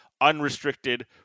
unrestricted